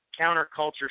counterculture